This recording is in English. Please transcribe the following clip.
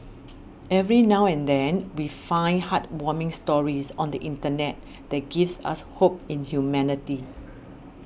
every now and then we find heartwarming stories on the internet that gives us hope in humanity